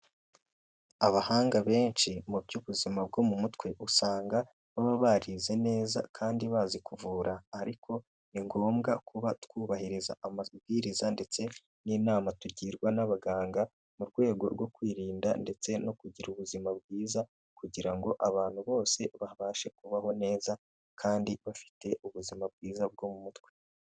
Abahanga benshi mu by'ubuzima bwo mu mutwe usanga baba barize neza kandi bazi kuvura ariko ni ngombwa kuba twubahiriza amabwiriza ndetse n'inama tugirwa n'abaganga mu rwego rwo kwirinda ndetse no kugira ubuzima bwiza kugira ngo abantu bose babashe kubaho neza kandi bafite ubuzima bwiza bwo mu mutwe.